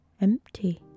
empty